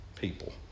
people